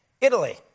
Italy